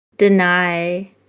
deny